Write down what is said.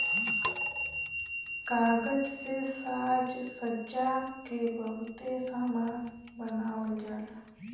कागज से साजसज्जा के बहुते सामान बनावल जाला